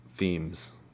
Themes